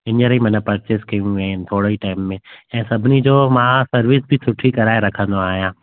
हीअंर ई मन परचेज़ कयूं आहिनि थोेरे ई टाइम में ऐं सभिनी जो मां सर्विस बि सुठी कराए रखंदो आहियां